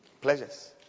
Pleasures